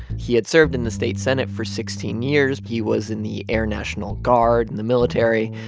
he had served in the state senate for sixteen years. he was in the air national guard and the military.